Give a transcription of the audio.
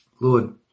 Lord